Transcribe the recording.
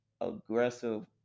aggressive